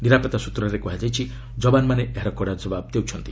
ନିରାପତ୍ତା ସୂତ୍ରରେ କୁହାଯାଇଛି ଯବାନମାନେ ଏହାର କଡ଼ା ଜବାବ୍ ଦେଉଛନ୍ତି